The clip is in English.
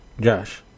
Josh